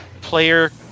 player